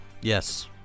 Yes